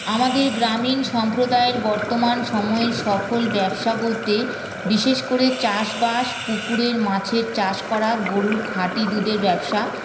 আমাদের গ্রামীণ সম্প্রদায়ের বর্তমান সময়ের সফল ব্যবসা বলতে বিশেষ করে চাষবাস পুকুরের মাছের চাষ করা গরুর খাঁটি দুধের ব্যবসা